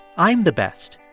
i'm the best.